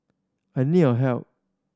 I need your help